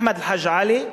אחמד חאג' עלי,